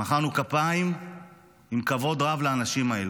ומחאנו כפיים עם כבוד רב לאנשים האלו.